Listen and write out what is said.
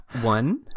one